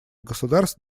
государств